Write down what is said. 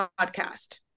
Podcast